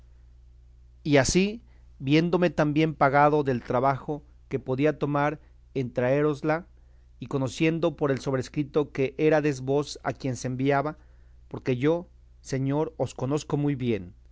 y así viéndome tan bien pagado del trabajo que podía tomar en traérosla y conociendo por el sobrescrito que érades vos a quien se enviaba porque yo señor os conozco muy bien